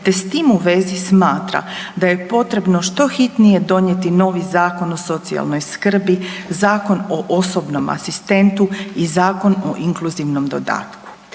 te s tim u vezi smatra da je potrebno što hitnije donijeti novi Zakon o socijalnoj skrbi, Zakon o osobnom asistentu i Zakon o inkluzivnom dodatku.